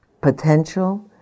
potential